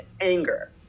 anger